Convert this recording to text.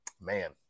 man